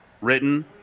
written